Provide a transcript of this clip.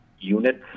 units